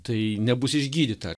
tai nebus išgydyta